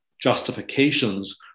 Justifications